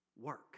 work